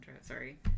sorry